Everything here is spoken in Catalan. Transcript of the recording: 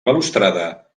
balustrada